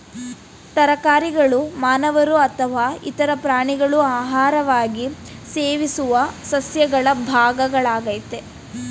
ತರಕಾರಿಗಳು ಮಾನವರು ಅಥವಾ ಇತರ ಪ್ರಾಣಿಗಳು ಆಹಾರವಾಗಿ ಸೇವಿಸುವ ಸಸ್ಯಗಳ ಭಾಗಗಳಾಗಯ್ತೆ